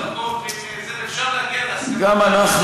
שדרכו עוברים, ואפשר להגיע להסכמה, גם אנחנו.